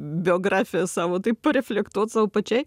biografiją savo taip pareflektuot sau pačiai